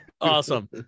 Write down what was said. Awesome